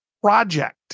project